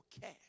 cash